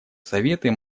советы